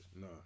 No